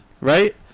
right